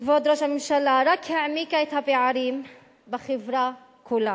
כבוד ראש הממשלה, רק העמיקה את הפערים בחברה כולה.